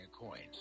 Coins